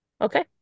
Okay